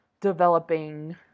developing